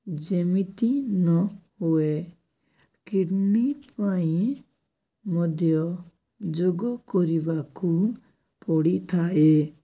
ଯେମିତି ନ ହୁଏ କିଡ଼ନୀ ପାଇଁ ମଧ୍ୟ ଯୋଗ କରିବାକୁ ପଡ଼ିଥାଏ